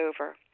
over